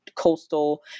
Coastal